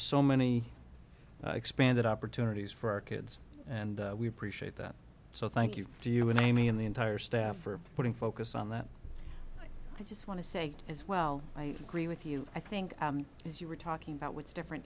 so many expanded opportunities for our kids and we appreciate that so thank you to you and i mean the entire staff are putting focus on that i just want to say as well i agree with you i think as you were talking about what's different